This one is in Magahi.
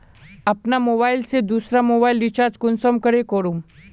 अपना मोबाईल से दुसरा मोबाईल रिचार्ज कुंसम करे करूम?